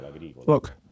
look